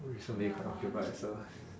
recently quite occupied so